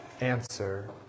answer